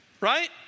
right